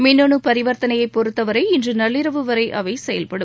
மின்னனு பரிவர்த்தனையை பொறுத்தவரை இன்று நள்ளிரவுவரை அவை செயல்படும்